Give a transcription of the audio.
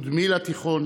בלוויה של קים,